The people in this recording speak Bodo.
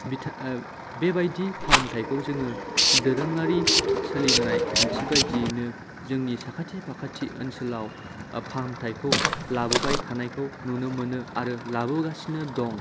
बिथां बेबायदि फाहामथायखौ जोङो दोरोंआरि सोलिबोनाय खान्थि बायदियैनो जोंनि साखाथि फाखाथि ओनसोलाव फाहामथायखौ लाबोबाय थानायखौ नुनो मोनो आरो लाबोगासिनो दं